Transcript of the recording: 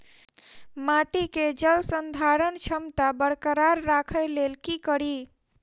माटि केँ जलसंधारण क्षमता बरकरार राखै लेल की कड़ी?